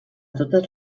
totes